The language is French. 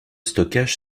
stockage